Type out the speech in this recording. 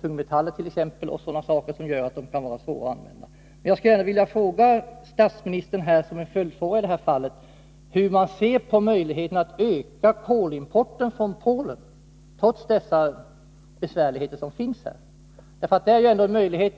tungmetaller och liknande — vilket kan skapa svårigheter. Jag vill ställa en följdfråga till statsministern, nämligen hur man ser på möjligheten att öka kolimporten från Polen, trots de besvärligheter som finns. Det är ju ändå en möjlighet.